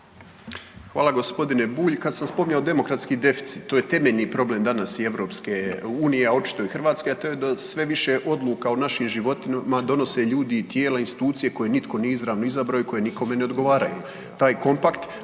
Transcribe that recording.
Hvala gospodine Bulj. Kada sam spomenuo demokratski deficit, to je temeljni problem danas i EU, a očito i Hrvatske, a to je da sve više odluka o našim životima donose ljudi i tijela i institucije koje nitko nije izravno izabrao i koje nikome ne odgovaraju. Taj kompakt